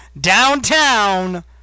Downtown